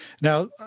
Now